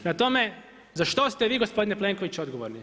Prema tome, za što ste vi gospodine Plenković odgovorni?